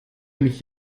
mich